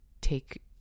take